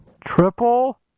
Triple